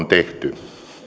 tehty